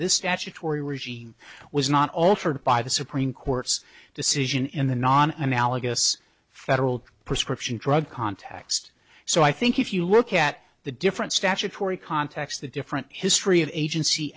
this statutory regime was not altered by the supreme court's decision in the non analogous federal prescription drug context so i think if you look at the different statutory context the different history of agency